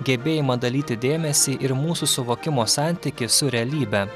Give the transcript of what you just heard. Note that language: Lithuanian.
gebėjimą dalyti dėmesį ir mūsų suvokimo santykį su realybe